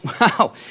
Wow